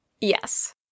Yes